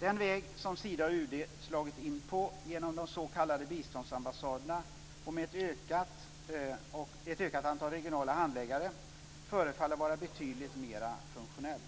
Den väg som Sida och UD slagit in på med de s.k. biståndsambassaderna och ett ökat antal regionala handläggare förefaller vara betydligt mer funktionell.